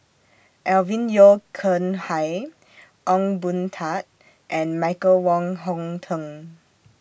Alvin Yeo Khirn Hai Ong Boon Tat and Michael Wong Hong Teng